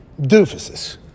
doofuses